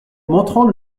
montrant